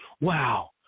wow